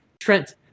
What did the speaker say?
Trent